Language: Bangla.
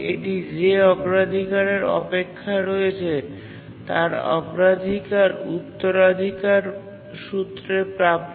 এটি যে অগ্রাধিকারের অপেক্ষায় রয়েছে তার অগ্রাধিকার উত্তরাধিকার সূত্রে প্রাপ্ত